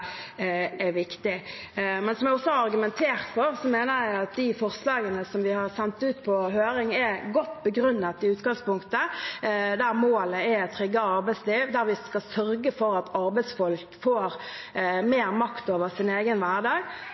viktig. Men som vi har argumentert for, mener jeg at de forslagene som vi har sendt ut på høring, er godt begrunnet i utgangspunktet. Målet er et tryggere arbeidsliv, der vi skal sørge for at arbeidsfolk får mer makt over sin egen hverdag.